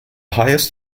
highest